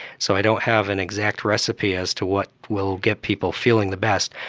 so i don't have an exact recipe as to what will get people feeling the best.